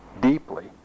deeply